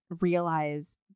realize